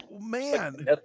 Man